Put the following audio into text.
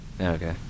Okay